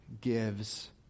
gives